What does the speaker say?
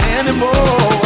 anymore